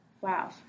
Wow